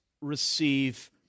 receive